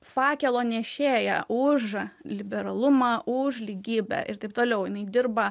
fakelo nešėja už liberalumą už lygybę ir taip toliau jinai dirba